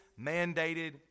mandated